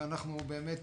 ואנחנו באמת